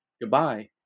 Goodbye